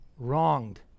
Wronged